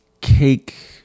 cake